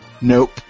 Nope